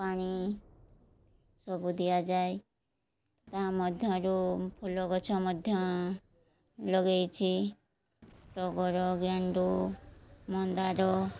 ପାଣି ସବୁ ଦିଆଯାଏ ତା ମଧ୍ୟରୁ ଫୁଲ ଗଛ ମଧ୍ୟ ଲଗାଇଛି ଟଗର ଗେଣ୍ଡୁ ମନ୍ଦାର